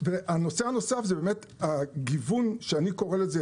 הנושא הנוסף הוא באמת הגיוון, שאני קורא לזה,